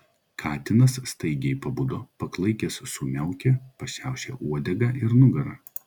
katinas staigiai pabudo paklaikęs sumiaukė pašiaušė uodegą ir nugarą